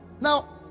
Now